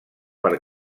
per